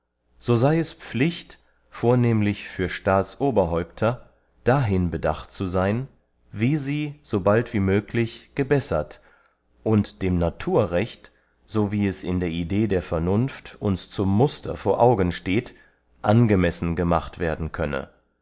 so sey es pflicht vornehmlich für staatsoberhäupter dahin bedacht zu seyn wie sie sobald wie möglich gebessert und dem naturrecht so wie es in der idee der vernunft uns zum muster vor augen steht angemessen gemacht werden könne